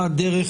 מה הדרך